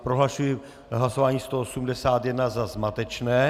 Prohlašuji hlasování 181 za zmatečné.